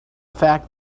fact